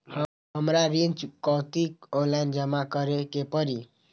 हमरा ऋण चुकौती ऑनलाइन जमा करे के परी?